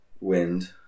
Wind